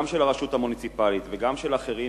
גם של הרשות המוניציפלית וגם של אחרים,